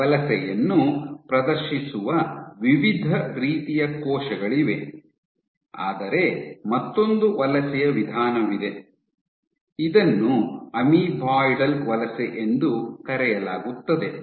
ಈ ವಲಸೆಯನ್ನು ಪ್ರದರ್ಶಿಸುವ ವಿವಿಧ ರೀತಿಯ ಕೋಶಗಳಿವೆ ಆದರೆ ಮತ್ತೊಂದು ವಲಸೆಯ ವಿಧಾನವಿದೆ ಇದನ್ನು ಅಮೀಬಾಯ್ಡಲ್ ವಲಸೆ ಎಂದು ಕರೆಯಲಾಗುತ್ತದೆ